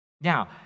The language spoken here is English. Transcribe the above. Now